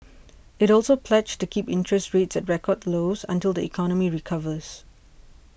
it also pledged to keep interest rates at record lows until the economy recovers